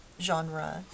genre